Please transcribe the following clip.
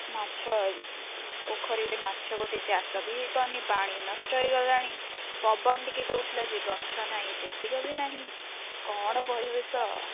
ମାଛ ପୋଖରୀରେ ମାଛ ଗୋଟେ ଚାଷ ବି ହେଇପାରୁନି ପାଣି ନଷ୍ଟ ହେଇଗଲାଣି ପବନ ଟିକେ ଦେଉଥିଲା ଯେ ଗଛ ନାହିଁ ସେତିକ ବି ନାହିଁ କ'ଣ ପରିବେଶ